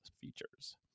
features